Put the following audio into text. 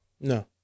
No